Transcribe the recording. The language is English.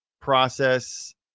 process